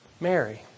Mary